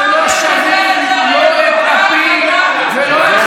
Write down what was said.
שיחליט אם הוא רוצה להיות סגן יושב-ראש ולנהל